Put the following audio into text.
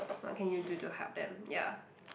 what can you do to help them ya